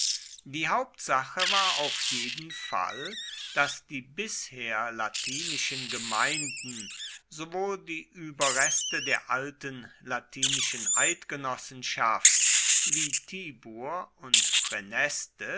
die hauptsache war auf jeden fall daß die bisher latinischen gemeinden sowohl die überreste der alten latinischen eidgenossenschaft wie tibur und